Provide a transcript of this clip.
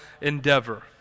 endeavor